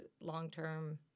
long-term